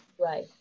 Right